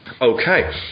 Okay